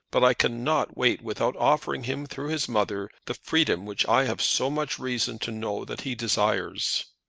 but i cannot wait without offering him, through his mother, the freedom which i have so much reason to know that he desires.